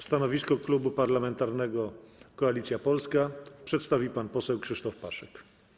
Stanowisko Klubu Parlamentarnego Koalicja Polska przedstawi pan poseł Krzysztof Paszyk.